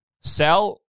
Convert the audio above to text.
sell